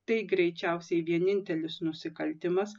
tai greičiausiai vienintelis nusikaltimas